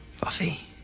Buffy